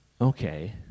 okay